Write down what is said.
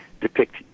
depict